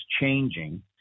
changing